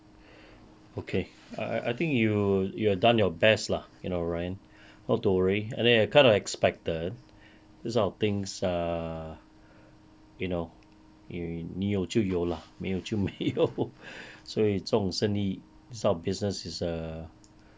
okay I I I think you you are done your best lah you know ryan not to worry I think I kind of expected these sort of things err you know 你有就有啦没有就没有:ni you jiu you [lah]mei you jiu mei you 所以这种生意 this type of business is err